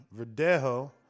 Verdejo